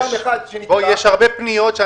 יש הרבה פניות.